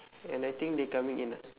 and I think they coming in ah